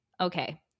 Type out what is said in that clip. okay